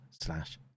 slash